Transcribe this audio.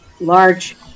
large